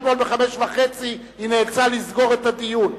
אתמול ב-17:30 היא נאלצה לסגור את הדיון.